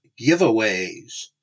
giveaways